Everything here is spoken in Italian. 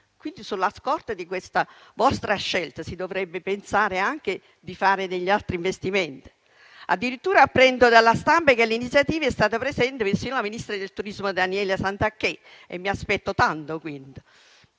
turistica. Sulla scorta di questa vostra scelta, si dovrebbe pensare di fare altri investimenti. Addirittura apprendo dalla stampa che l'iniziativa è stata presa dalla ministra del turismo Daniela Santanché. Mi aspetto tanto quindi.